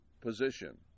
position